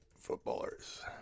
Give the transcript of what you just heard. footballers